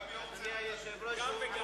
גם וגם.